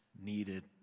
needed